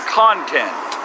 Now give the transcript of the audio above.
content